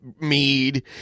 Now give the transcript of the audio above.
mead